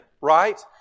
right